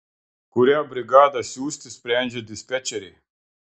kurią brigadą siųsti sprendžia dispečeriai